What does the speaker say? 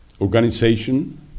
organization